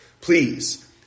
Please